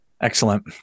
Excellent